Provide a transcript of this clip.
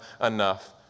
enough